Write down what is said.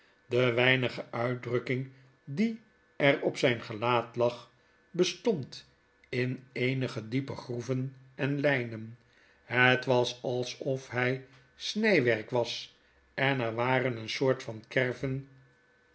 de weinige uitdrukking die er op zijn gelaat lag bestond in eenige diepe groeven en lynen het was alsof hy snijwerk was en er waren eene soort van kerven